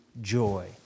joy